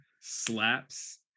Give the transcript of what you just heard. slaps